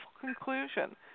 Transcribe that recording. conclusion